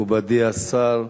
מכובדי השר,